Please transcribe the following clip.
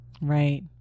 Right